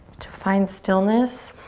to find stillness.